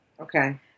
Okay